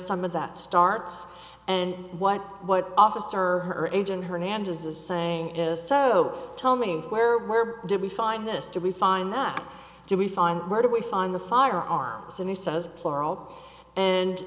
some of that starts and what what officer her agent hernandez is saying is so tell me where where did we find this to we find that do we find where do we find the firearms and he says plural and